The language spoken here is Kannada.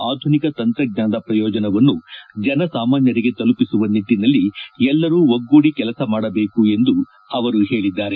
ಆಧುನಿಕ ತಂತ್ರಜ್ಞಾನದ ಪ್ರಯೋಜನವನ್ನು ಜನಸಾಮಾನ್ಯರಿಗೆ ತಲುಪಿಸುವ ನಿಟ್ಟನಲ್ಲಿ ಎಲ್ಲರೂ ಒಗ್ಗೂಡಿ ಕೆಲಸ ಮಾಡಬೇಕು ಎಂದು ಅವರು ಹೇಳಿದ್ದಾರೆ